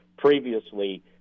Previously